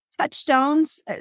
touchstones